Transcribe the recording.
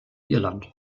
irland